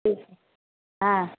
ٹھیک ہاں